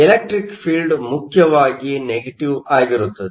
ಎಲೆಕ್ಟ್ರಿಕ್ಫೀಲ್ಡ್Electreic field ಮುಖ್ಯವಾಗಿ ನೆಗೆಟಿವ್Negative ಆಗಿರುತ್ತದೆ